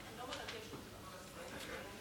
עשר דקות לרשותך, עד עשר דקות.